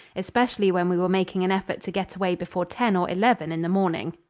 especially when we were making an effort to get away before ten or eleven in the morning.